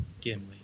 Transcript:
Gimli